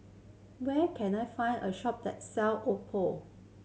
where can I find a shop that sell Oppo